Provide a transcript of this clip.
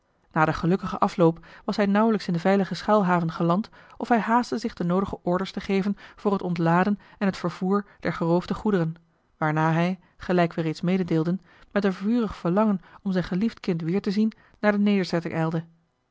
na den gelukkigen afloop was hij nauwelijks in de veilige schuilhaven geland of hij haastte zich de noodige orders te geven voor het ontladen en het vervoer der geroofde goederen waarna hij gelijk we reeds mededeelden met een vurig verlangen om zijn geliefd kind weer te zien naar de nederzetting ijlde